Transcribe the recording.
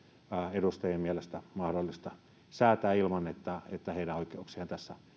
edustajien mielestä mahdollista säätää ilman että että heidän oikeuksiaan tässä